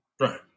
Right